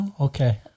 okay